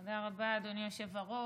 תודה רבה, אדוני היושב-ראש.